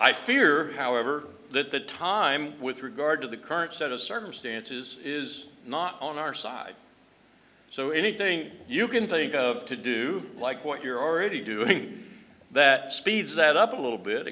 i fear however that the time with regard to the current set of circumstances is not on our side so anything you can think of to do like what you're already doing that speeds that up a little bit